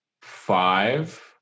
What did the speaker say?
Five